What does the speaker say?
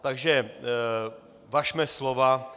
Takže važme slova.